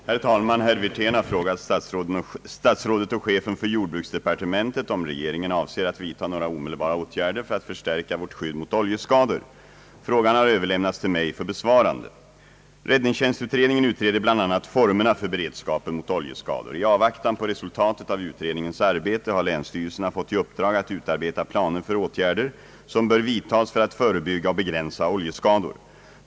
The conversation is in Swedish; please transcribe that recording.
Herr talman! Herr Wirtén har frågat statsrådet och chefen för jordbruksdepartementet om regeringen avser att vidta några omedelbara åtgärder för att förstärka vårt skydd mot oljeskador. Frågan har överlämnats till mig för besvarande. Räddningstjänstutredningen utreder bl.a. formerna för beredskapen mot oljeskador. I avvaktan på resultatet av utredningens arbete har länsstyrelserna fått i uppdrag att utarbeta planer för åtgärder som bör vidtas för att förebygga och begränsa oljeskador.